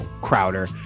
Crowder